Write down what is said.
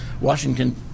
Washington